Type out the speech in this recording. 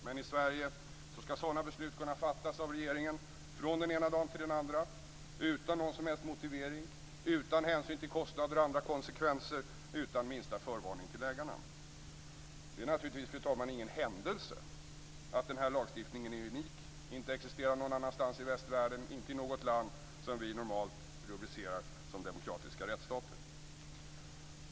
Men i Sverige skall sådana beslut kunna fattas av regeringen från den ena dagen till den andra, utan någon som helst motivering, utan hänsyn till kostnader och andra konsekvenser och utan minsta förvarning till ägarna. Det är, fru talman, naturligtvis inte händelse att en sådan lagstiftning är unik, inte existerar någon annanstans i västvärlden i länder som vi normalt rubricerar som demokratiska rättsstater.